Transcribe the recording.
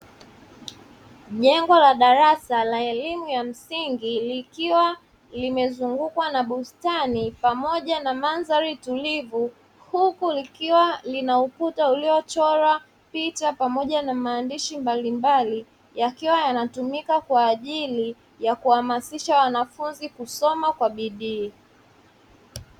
Jengo la darasa la elimu ya msingi likiwa limezungukwa na bustani, pamoja na mandhari tulivu, huku likiwa lina ukuta uliochorwa picha pamoja na maandishi mbalimbali yakiwa yanatumika kwa ajili ya kuhamasisha wanafunzi kusoma kwa bidii.